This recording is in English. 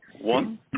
one